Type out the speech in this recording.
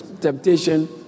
Temptation